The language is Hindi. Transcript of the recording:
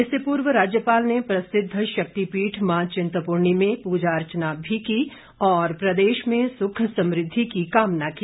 इससे पूर्व राज्यपाल ने प्रसिद्ध शक्तिपीठ मां चिंतपूर्णी में पूजा अर्चना भी की और प्रदेश में सुख समृद्धि की कामना की